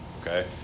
Okay